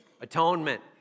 Atonement